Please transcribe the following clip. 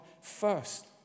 first